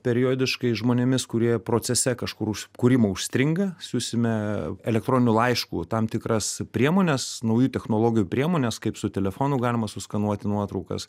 periodiškai žmonėmis kurie procese kažkur už kūrimo užstringa siųsime elektroniniu laišku tam tikras priemones naujų technologijų priemones kaip su telefonu galima suskanuoti nuotraukas